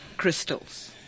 Crystals